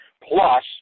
plus